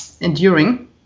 enduring